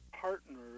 partners